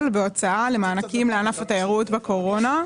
בהוצאה למענקים לענף התיירות בקורונה.